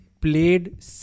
played